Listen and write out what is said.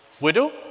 widow